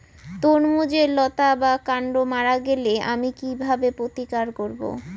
তরমুজের লতা বা কান্ড মারা গেলে আমি কীভাবে প্রতিকার করব?